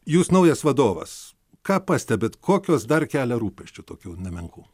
jūs naujas vadovas ką pastebit kokios dar kelia rūpesčių tokių nemenkų